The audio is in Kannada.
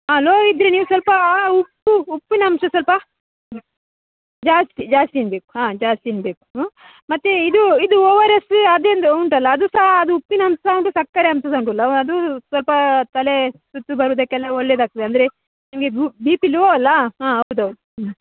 ಹಾಂ ಲೋ ಇದ್ದರೆ ನೀವು ಸ್ವಲ್ಪ ಉಪ್ಪು ಉಪ್ಪಿನಂಶ ಸ್ವಲ್ಪ ಹ್ಞೂ ಜಾಸ್ತಿ ಜಾಸ್ತಿ ತಿನ್ನಬೇಕು ಹಾಂ ಜಾಸ್ತಿ ತಿನ್ನಬೇಕು ಹ್ಞ ಮತ್ತೆ ಇದು ಇದು ಓ ಆರ್ ಎಸ್ ಅದೆಂಥೊ ಉಂಟಲ್ಲ ಅದು ಸಹ ಅದು ಉಪ್ಪಿನಂಶ ಸಹ ಉಂಟು ಸಕ್ಕರೆ ಅಂಶ ಸಹ ಉಂಟು ಲಾ ಅದು ಸ್ವಲ್ಪ ತಲೆ ಸುತ್ತು ಬರುವುದಕ್ಕೆಲ್ಲ ಒಳ್ಳೆದಾಗ್ತದೆ ಅಂದರೆ ನಿಮಗೆ ಗ್ಲೂ ಬಿ ಪಿ ಲೋ ಅಲ್ವ ಹಾಂ ಹೌದ್ ಹೌದ್ ಹ್ಞೂ